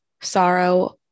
sorrow